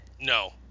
No